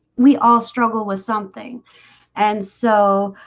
we all struggle with something and so